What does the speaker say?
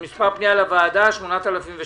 מספר פניה לוועדה 8006. אני מאגף התקציבים ממשרד האוצר.